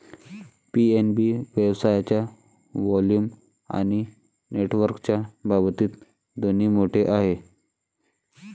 PNB व्यवसायाच्या volume आणि नेटवर्कच्या बाबतीत दोन्ही मोठे आहे